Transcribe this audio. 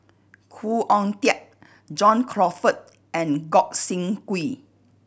Khoo Oon Teik John Crawfurd and Gog Sing Hooi